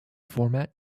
format